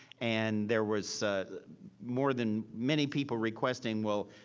and there was more than, many people requesting, well,